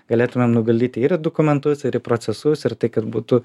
galėtumėm nuguldyti ir į dokumentus ir į procesus ir tai kad būtų